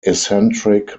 eccentric